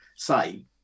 say